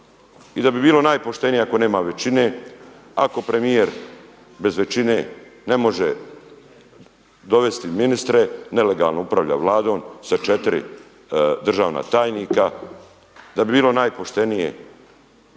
i da bi bilo najpoštenije ako nema većine, ako premijer bez većine ne može dovesti ministre nelegalno upravlja Vladom sa 4 državna tajnika, da bi bilo najpoštenije